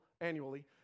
annually